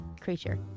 creature